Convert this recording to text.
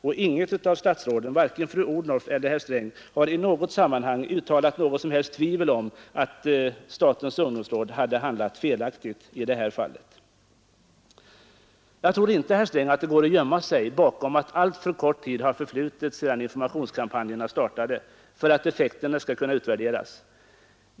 Men inget av statsråden, varken fru Odnoff eller herr Sträng, har i något sammanhang uttalat att statens ungdomsråd på något sätt skulle ha handlat felaktigt i det här fallet. Jag tror inte, herr Sträng, att det går att gömma sig bakom att alltför kort tid har förflutit sedan informationskampanjerna startade, för att effekterna skall kunna utvärderas.